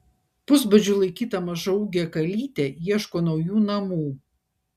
pusbadžiu laikyta mažaūgė kalytė ieško naujų namų